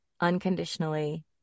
unconditionally